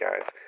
guys